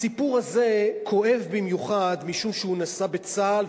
הסיפור הזה כואב במיוחד משום שהוא נעשה בצה"ל,